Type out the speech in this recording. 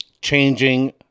changing